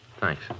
Thanks